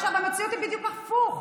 עכשיו, המציאות היא בדיוק הפוכה.